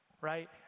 right